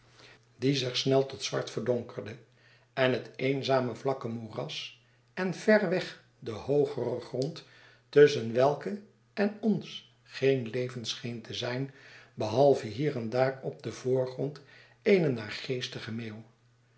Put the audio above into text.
die zich snel tot zwart verdonkerde en het eenzame vlakke moeras en ver weg den hoogeren grond tusschen welken en ons geen leven scheen te zijn behalve hier en daar op den voorgrond eene